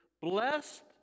Blessed